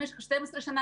במשך 12 שנה,